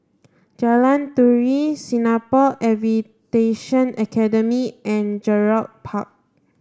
Jalan Turi Singapore Aviation Academy and Gerald Park